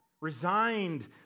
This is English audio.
resigned